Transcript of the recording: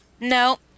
no